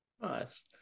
Nice